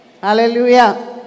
Hallelujah